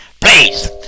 Please